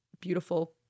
beautiful